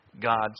God's